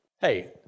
hey